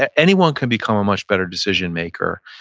anyone can become a much better decision maker.